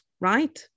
right